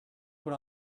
put